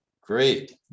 Great